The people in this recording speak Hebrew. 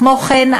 כמו כן,